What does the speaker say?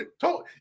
told –